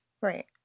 Right